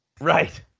Right